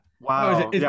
Wow